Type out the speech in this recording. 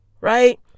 right